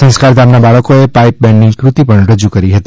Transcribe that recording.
સંસ્કારધામના બાળકોએ પાઈપ બેન્ડની ક્રતિ પણ રજૂ કરી હતી